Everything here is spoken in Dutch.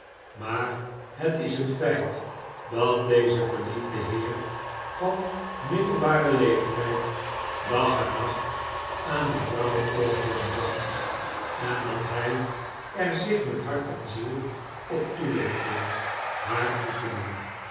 maar het is een feit dat deze verliefde heer van middelbaren leeftijd dag en nacht aan mevrouw osborne dacht en dat hij er zich met hart en ziel op toelegde haar goed te doen